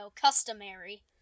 customary